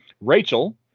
Rachel